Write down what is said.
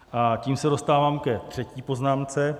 A tím se dostávám ke třetí poznámce.